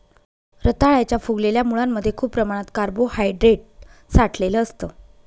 रताळ्याच्या फुगलेल्या मुळांमध्ये खूप प्रमाणात कार्बोहायड्रेट साठलेलं असतं